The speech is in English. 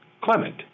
Clement